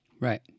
Right